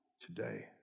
today